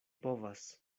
povas